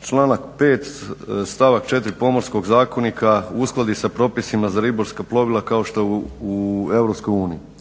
članak 5. stavak 4. Pomorskog zakonika uskladi sa propisima za ribarska plovila kao što je